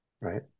right